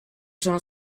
sono